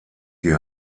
die